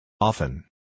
Often